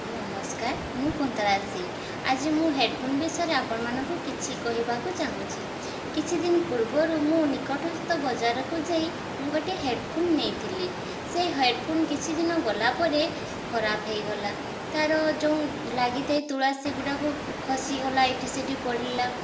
ନମସ୍କାର ମୁଁ କୁନ୍ତଳା ସିଂ ଆଜି ମୁଁ ହେଡ଼ଫୋନ୍ ବିଷୟରେ ଆପଣମାନଙ୍କୁ କିଛି କହିବାକୁ ଚାହୁଁଛି କିଛି ଦିନ ପୂର୍ବରୁ ମୁଁ ନିକଟସ୍ଥ ବଜାରକୁ ଯାଇ ମୁଁ ଗୋଟେ ହେଡ଼ଫୋନ୍ ନେଇଥିଲି ସେ ହେଡ଼ଫୋନ୍ କିଛି ଦିନ ଗଲାପରେ ଖରାପ ହେଇଗଲା ତା'ର ଯେଉଁ ଲାଗିଥାଏ ତୁଳା ସେଗୁଡ଼ାକୁ ଖସିଗଲା ଏଇଠି ସେଇଠି ପଡ଼ିଲା